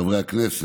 חברי הכנסת,